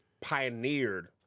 pioneered